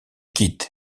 quitte